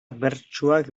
bertsuak